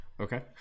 okay